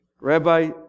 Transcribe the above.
Rabbi